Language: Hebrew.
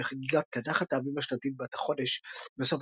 וחגיגת "קדחת האביב" השנתית בת החודש בסוף